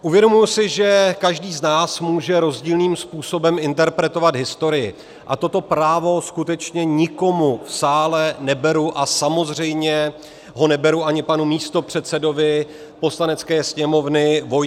Uvědomuji si, že každý z nás může rozdílným způsobem interpretovat historii, a toto právo skutečně nikomu v sále neberu a samozřejmě ho neberu ani panu místopředsedovi Poslanecké sněmovny Vojtěchu Filipovi.